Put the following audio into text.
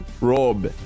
Rob